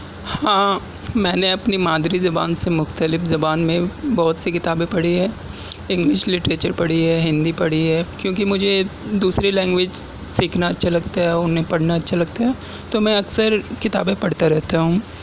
ہاں میں نے اپنی مادری زبان سے مختلف زبان میں بہت سی کتابیں پڑھی ہے انگلش لٹریچر پڑھی ہے ہندی پڑھی ہے کیونکہ مجھے دوسری لینگویج سیکھنا اچھا لگتا ہے اور انہیں پڑھنا اچھا لگتا ہے تو میں اکثر کتابیں پڑھتا رہتا ہوں